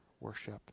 worship